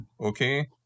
okay